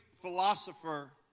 philosopher